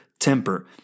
temper